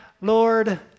Lord